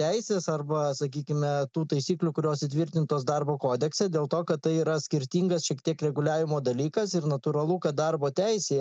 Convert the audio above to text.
teisės arba sakykime tų taisyklių kurios įtvirtintos darbo kodekse dėl to kad tai yra skirtingas šiek tiek reguliavimo dalykas ir natūralu kad darbo teisėje